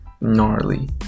gnarly